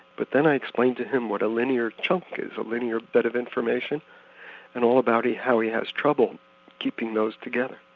but then i explained to him what a linear chunk is, a linear bed of information and all about how he has trouble keeping those together.